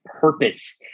purpose